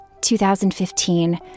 2015